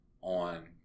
on